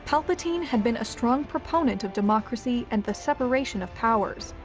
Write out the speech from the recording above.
palpatine had been a strong proponent of democracy and the separation of powers.